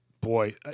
Boy